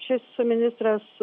šis ministras